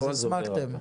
אז הסמכתם.